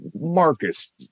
Marcus